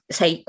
sei